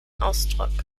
ausdruck